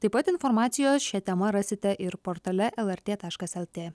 taip pat informacijos šia tema rasite ir portale lrt taškas lt